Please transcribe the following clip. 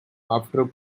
after